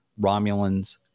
Romulans